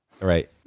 Right